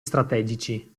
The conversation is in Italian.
strategici